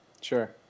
Sure